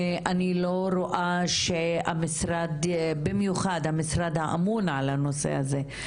אני לא רואה במיוחד המשרד האמון על הנושא הזה,